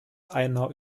einer